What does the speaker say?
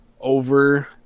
over